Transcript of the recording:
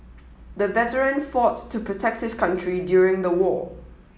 the veteran fought to protect his country during the war